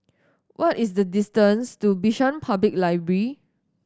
what is the distance to Bishan Public Library